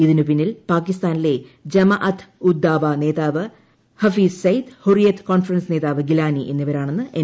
ഇതിനുപിന്നിൽ പാകിസ്ഥാനിലെ ജമാ അത്ത് ഉദ് ദാവുന്ന്റെതാവ് ഹഫീസ് സയിദ് ഹുറിയത് കോൺഫ്രൻസ് നേതാപ്പ് ഗ്ഗിലാനി എന്നിവരാണെന്ന് എൻ